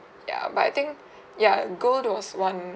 ya but I think ya gold was one